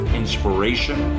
inspiration